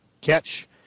catch